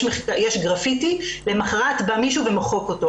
יש גרפיטי ולמוחרת בא מישהו ומוחק אותו,